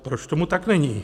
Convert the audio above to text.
Proč tomu tak není?